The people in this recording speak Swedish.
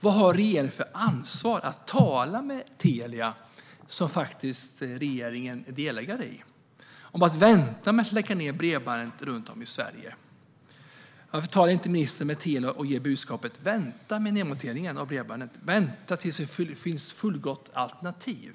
Vad har regeringen för ansvar att tala med Telia, som regeringen faktiskt är delägare i, om att man ska vänta med att släcka ned bredbanden runt om i Sverige? Varför talar inte ministern med Telia och framför budskapet att man ska vänta med nedmonteringen av bredbandet tills det finns ett fullgott alternativ?